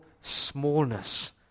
smallness